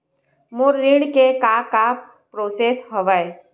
मोर ऋण के का का प्रोसेस हवय?